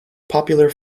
popular